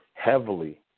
heavily